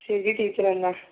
ശരി ടീച്ചർ എന്നാൽ